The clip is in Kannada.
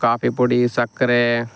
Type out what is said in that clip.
ಕಾಫಿ ಪುಡಿ ಸಕ್ಕರೆ